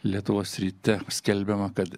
lietuvos ryte skelbiama kad